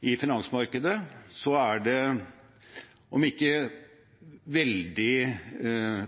i finansmarkedet er det om ikke veldig